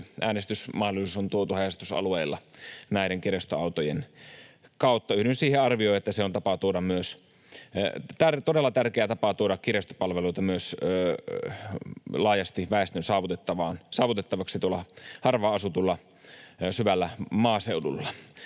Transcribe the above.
äänestysmahdollisuus on tuotu haja-asutusalueilla kirjastoautojen kautta. Yhdyn siihen arvioon, että se on todella tärkeä tapa tuoda kirjastopalveluita laajasti väestön saavutettavaksi tuolla harvaan asutulla syvällä maaseudulla.